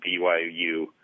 BYU